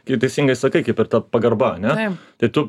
ir teisingai sakai kaip ir ta pagarba ane tai tu